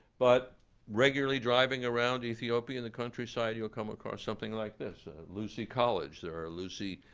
but regularly driving around ethiopia in the countryside, you'll come across something like this, lucy college. there are lucy